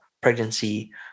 pregnancy